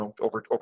over